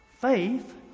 faith